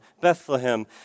Bethlehem